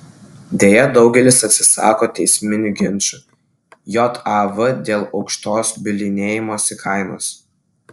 deja daugelis atsisako teisminių ginčų jav dėl aukštos bylinėjimosi kainos